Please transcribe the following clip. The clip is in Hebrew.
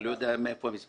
אני לא יודע מאיפה המספרים.